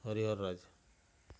Harihar Raj